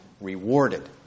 rewarded